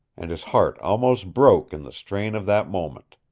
and his heart almost broke in the strain of that moment.